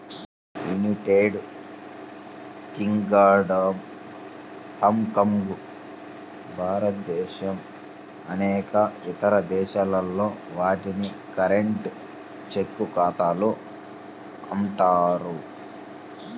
United Kingdom, Hong Kong, భారతదేశం అనేక ఇతర దేశాల్లో, వాటిని కరెంట్, చెక్ ఖాతాలు అంటారు